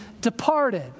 departed